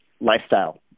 lifestyle